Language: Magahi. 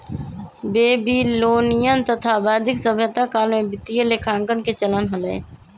बेबीलोनियन तथा वैदिक सभ्यता काल में वित्तीय लेखांकन के चलन हलय